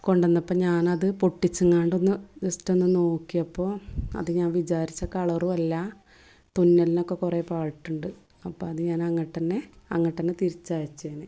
കൊണ്ടു വന്നപ്പോൾ ഞാനത് പൊട്ടിച്ചു എങ്ങാണ്ടുന്ന് ജസ്റ്റ് ഒന്ന് നോക്കിയപ്പോൾ അത് ഞാൻ വിചാരിച്ച കളറുമല്ല തുന്നലിനോക്കെ കുറെ ഫോൾട്ട് ഉണ്ട് അപ്പോൾ അത് ഞാന് അങ്ങോട്ട് തന്നെ അങ്ങോട്ട് തന്നെ തിരിച്ചയച്ചു